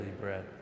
bread